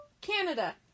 Canada